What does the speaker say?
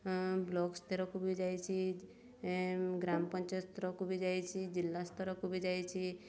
block ସ୍ତରକୁ ବି ଯାଇଛି ଗ୍ରାମ ପଞ୍ଚାୟତ ସ୍ତରକୁ ବି ଯାଇଛି ଜିଲ୍ଲା ସ୍ତରକୁ ବି ଯାଇଛି